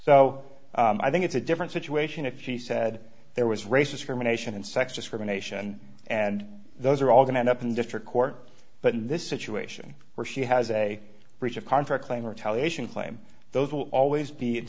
so i think it's a different situation if she said there was racist fermentation and sex discrimination and those are all going end up in district court but in this situation where she has a breach of contract claim retaliation claim those will always be